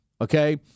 Okay